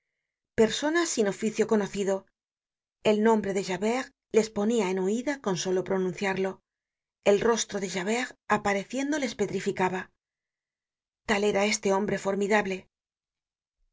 personas sin oficio conocido el nombre de javert les ponia en huida con solo pronunciarlo el rostro de javert apareciendo les petrificaba tal era este hombre formidable